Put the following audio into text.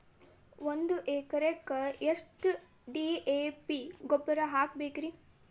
ಒಂದು ಎಕರೆಕ್ಕ ಎಷ್ಟ ಡಿ.ಎ.ಪಿ ಗೊಬ್ಬರ ಹಾಕಬೇಕ್ರಿ?